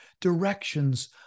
directions